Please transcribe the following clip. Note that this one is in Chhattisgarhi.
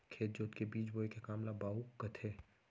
खेत जोत के बीज बोए के काम ल बाउक कथें